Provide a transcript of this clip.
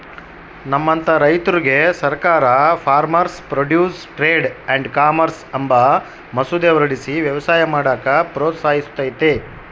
ನಮ್ಮಂತ ರೈತುರ್ಗೆ ಸರ್ಕಾರ farmers produce trade and commerce ಅಂಬ ಮಸೂದೆ ಹೊರಡಿಸಿ ವ್ಯವಸಾಯ ಮಾಡಾಕ ಪ್ರೋತ್ಸಹಿಸ್ತತೆ